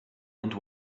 and